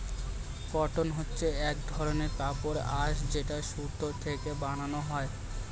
cotton হচ্ছে এক ধরনের কাপড়ের আঁশ যেটা সুতো থেকে বানানো হয়